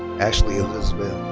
ashley elizabeth